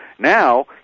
Now